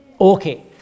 Okay